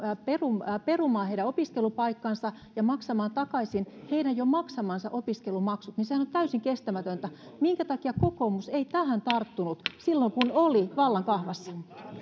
perumaan perumaan heidän opiskelupaikkansa ja maksamaan takaisin heidän jo maksamansa opiskelumaksut niin sehän on täysin kestämätöntä minkä takia kokoomus ei tähän tarttunut silloin kun oli vallan kahvassa